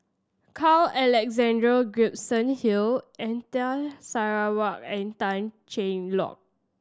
Carl Alexander Gibson Hill Anita Sarawak and Tan Cheng Lock